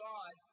God